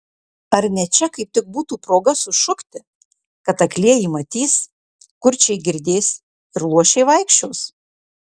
ar ne čia kaip tik būtų proga sušukti kad aklieji matys kurčiai girdės ir luošiai vaikščios